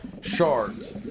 shards